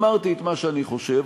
אמרתי את מה שאני חושב,